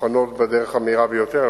מוכנות בדרך המהירה ביותר.